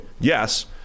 Yes